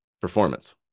performance